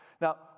Now